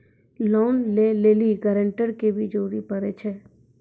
Loan लै लेली guarantor के भी जरूरी पड़ै छै?